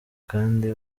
kandi